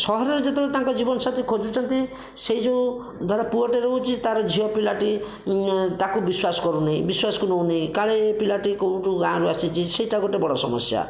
ସହରରେ ଯେତେବେଳେ ତାଙ୍କ ଜୀବନସାଥି ଖୋଜୁଛନ୍ତି ସେ ଯେଉଁ ଧର ପୁଅଟିଏ ରହୁଛି ତାର ଝିଅପିଲାଟି ତାକୁ ବିଶ୍ୱାସ କରୁନି ବିଶ୍ୱାସକୁ ନେଉନି କାଳେ ଏ ପିଲାଟି କେଉଁଠୁ ଗାଁରୁ ଆସିଛି ସେଇଟା ଗୋଟିଏ ବଡ଼ ସମସ୍ୟା